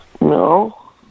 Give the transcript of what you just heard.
No